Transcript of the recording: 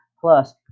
plus